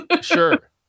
Sure